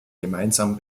gemeinsam